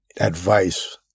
advice